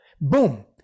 Boom